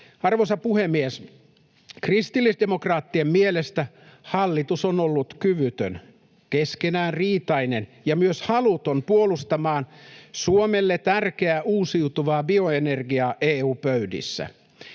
Arvoisa puhemies! Kristillisdemokraattien mielestä hallitus on ollut kyvytön, keskenään riitainen ja myös haluton puolustamaan Suomelle tärkeää uusiutuvaa bioenergiaa EU-pöydissä.